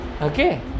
Okay